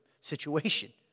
situation